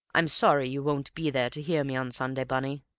i'm sorry you won't be there to hear me on sunday, bunny.